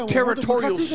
territorial